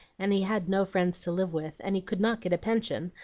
and he had no friends to live with, and he could not get a pension,